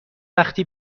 وقتی